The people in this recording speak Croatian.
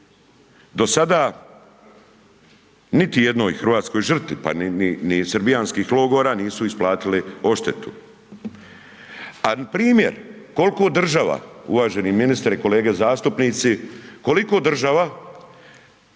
Do sada, niti jednoj hrvatskoj žrtvi, pa ni srbijanskih logora nisu isplatili odštetu. A primjer koliko država, uvaženi ministre, kolege zastupnici, koliko država